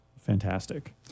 Fantastic